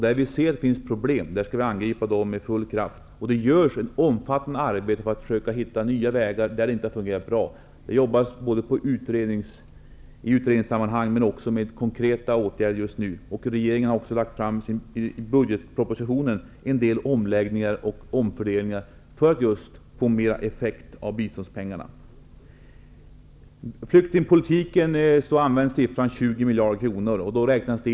Där det finns problem, skall vi angripa dem med full kraft. Det görs ett omfattande arbete för att försöka hitta nya vägar där biståndet inte har fungerat bra. Det jobbas just nu både i utredningssammanhang och med konkreta åtgärder. Regeringen har också i samband med budgetpropositionen lagt fram förslag om en del omläggningar och omfördelningar för att biståndspengarna skall ge bättre effekt. Ian Wachtmeister nämnde beloppet 20 miljarder kronor i samband med flyktingpolitiken.